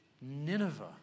Nineveh